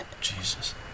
Jesus